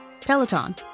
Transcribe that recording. Peloton